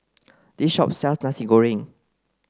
this shop sells Nasi Goreng